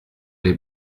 les